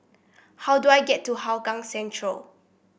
how do I get to Hougang Central